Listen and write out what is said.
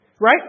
Right